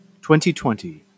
2020